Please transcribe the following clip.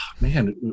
man